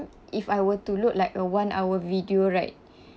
if I were to load like a one hour video right